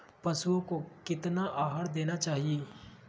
पशुओं को कितना आहार देना चाहि?